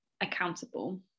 accountable